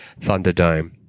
Thunderdome